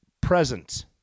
present